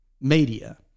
media